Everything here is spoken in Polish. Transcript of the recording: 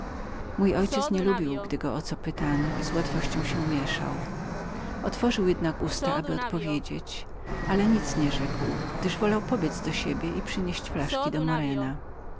mój ojciec nie lubił gdy go o co pytano i z łatwością się mieszał otworzył jednak usta aby odpowiedzieć ale nic nie rzekł na szczęście sąsiadki tego